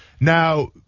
Now